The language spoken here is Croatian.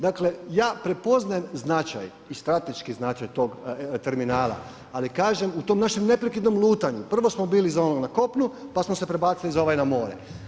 Dakle, ja prepoznajem značaj i strateški značaj tog terminala, ali kažem u tom našem neprekidno lutanju, prvo smo bili za onog na kopnu, pa smo se prebacili za ovaj more.